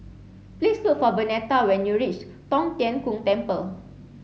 please look for Vernetta when you reach Tong Tien Kung Temple